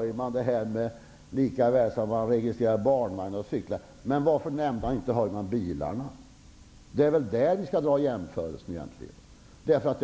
Heyman sade att lika väl som man registrerar fritidsbåtar kunde man registrera barnvagnar och cyklar. Varför nämnde Tom Heyman inte bilarna? Det är väl med dem jämförelsen skall göras.